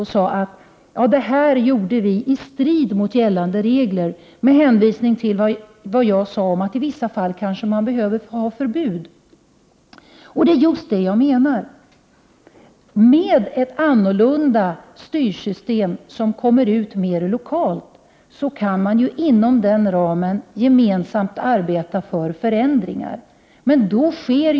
Med hänvisning till vad jag sade om att man i vissa fall kanske behöver ha förbud sade hon att det hon berättat om skett i strid med gällande regler. Det är just det jag menar: Med ett annat styrsystem, som kommer ut mer lokalt, kan man gemensamt arbeta för förändringar inom den ramen.